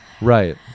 right